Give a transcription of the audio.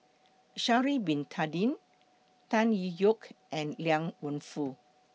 Sha'Ari Bin Tadin Tan Tee Yoke and Liang Wenfu